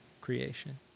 creation